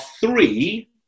three